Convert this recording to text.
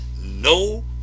no